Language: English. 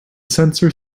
sensor